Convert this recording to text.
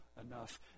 enough